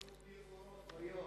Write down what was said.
בטח נסעו בלי אורות ביום.